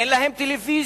אין להם טלוויזיה,